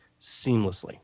seamlessly